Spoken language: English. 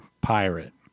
pirate